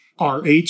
RH